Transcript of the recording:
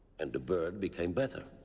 and the bird became better.